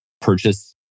purchase